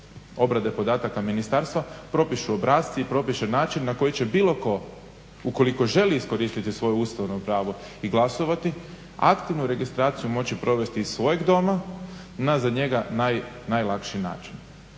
obrade podataka ministarstva propišu obrasci i propiše način na koji će bilo tko ukoliko želi iskoristiti svoje ustavno pravo i glasovati aktivnu registraciju moći provesti iz svojeg doma na za njega najlakši način.